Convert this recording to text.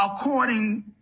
according